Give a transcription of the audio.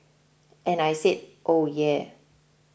and I said yeah